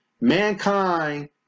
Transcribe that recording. mankind